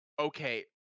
okay